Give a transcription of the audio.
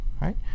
right